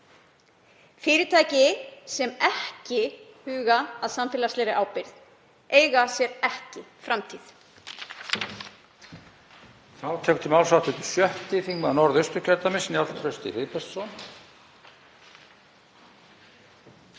Fyrirtæki sem ekki huga að samfélagslegri ábyrgð eiga sér ekki framtíð.